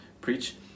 preach